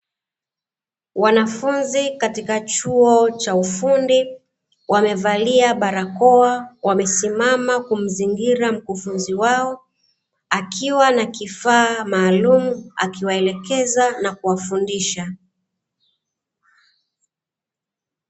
Wanafunzi katika chuo cha ufundi wamevalia barakoa, wamesimama kumzingira mkufunzi wao akiwa na kifaa maalumu akiwaelekeza na kuwafundisha .